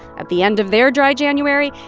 at the end of their dry january,